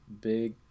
Big